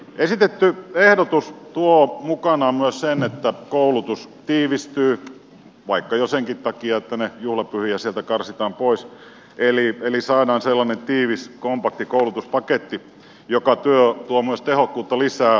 esitetty ehdotus tuo mukanaan myös sen että koulutus tiivistyy vaikka jo senkin takia että niitä juhlapyhiä sieltä karsitaan pois eli saadaan sellainen tiivis kompakti koulutuspaketti joka tuo myös tehokkuutta lisää